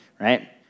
right